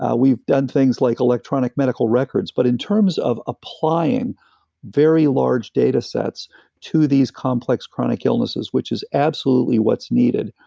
ah we've done things like electronic medical records but in terms of applying very large data sets to these complex chronic illnesses, which is absolutely what's needed,